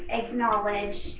acknowledge